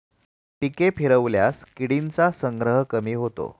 पिके फिरवल्यास किडींचा संग्रह कमी होतो